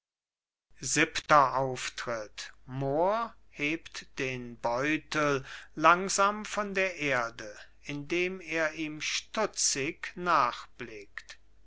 siebenter auftritt mohr hebt den beutel langsam von der erde indem er ihm stutzig